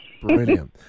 Brilliant